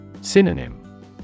Synonym